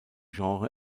genre